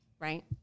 Right